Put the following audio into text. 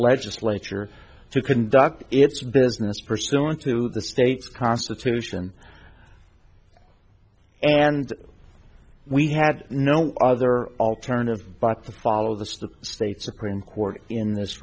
legislature to conduct its business pursuant to the state's constitution and we had no other alternative but to follow this to state supreme court in this